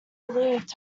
relieved